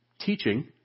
Teaching